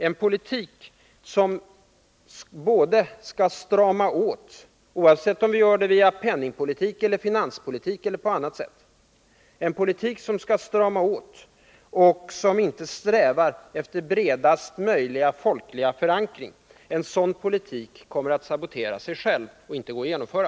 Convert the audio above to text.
En politik som skall strama åt — oavsett om det sker via penningpolitik, finanspolitik eller på annat sätt — och som inte strävar efter bredaste möjliga folkliga förankring kommer att sabotera sig själv och går inte att genomföra.